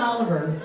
Oliver